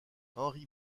henri